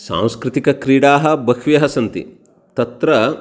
सांस्कृतिकक्रीडाः बह्व्यः सन्ति तत्र